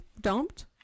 dumped